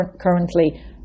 currently